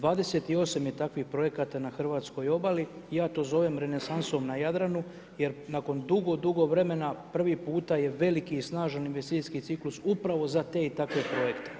28. je takvih projekata na hrvatskoj obali i ja to zovem renesansom na Jadranu jer nakon dugo, dugo vremena prvi puta je veliki i snažan investicijski ciklus upravo za te i takve projekte.